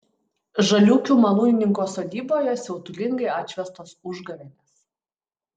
žaliūkių malūnininko sodyboje siautulingai atšvęstos užgavėnės